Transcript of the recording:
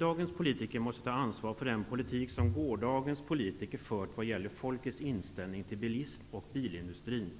Dagens politiker måste ta anvar för den politik som gårdagens politiker fört vad gäller folkets inställning till bilism och bilindustrin.